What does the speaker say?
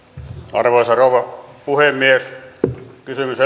arvoisa rouva puhemies kysymys